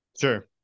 Sure